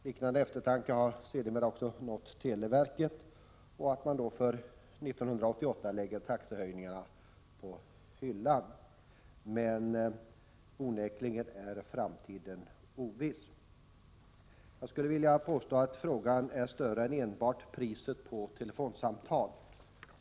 Liknande eftertanke har sedermera nått också televerket, som för 1988 lägger taxehöjningarna på hyllan. Men onekligen är framtiden oviss. Jag skulle vilja påstå att frågan är större än enbart priset på telefonsamtal.